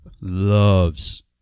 Loves